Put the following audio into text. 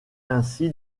ainsi